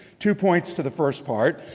two points to the first part.